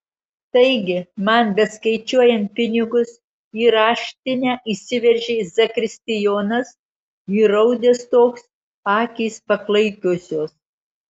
taigi man beskaičiuojant pinigus į raštinę įsiveržė zakristijonas įraudęs toks akys paklaikusios